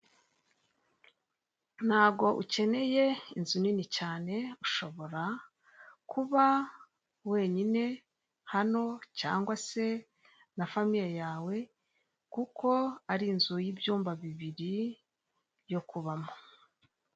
Aha ngaha hari umuhanda mwiza cyane uri kugendamo iki nyabiziga, pikipiki imenyerewe cyane mu gutwara imizigo cyane cyane ibicuruzwa bikura ku masoko ibijyana ahandi ni ipikipiki ifite ibara ry'ubururu uyu muhanda kandi ukikijwe n'ibiti byiza cyane ndetse n'amatara amuririka ibinyabiziga kumuhanda mugihe cya n’ ijoro.